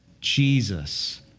Jesus